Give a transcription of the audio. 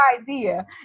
idea